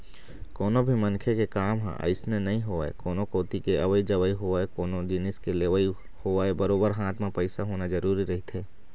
कोनो भी मनखे के काम ह अइसने नइ होवय कोनो कोती के अवई जवई होवय कोनो जिनिस के लेवई होवय बरोबर हाथ म पइसा होना जरुरी रहिथे